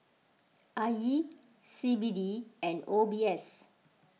I E C B D and O B S